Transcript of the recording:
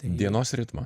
dienos ritmą